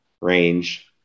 range